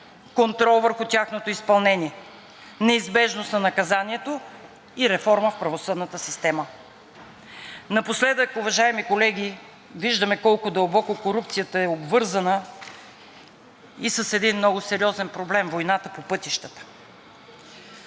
контрол върху тяхното изпълнение, неизбежност на наказанието и реформа в правосъдната система. Напоследък, уважаеми колеги, виждаме колко дълбоко корупцията е обвързана и с един много сериозен проблем – войната по пътищата.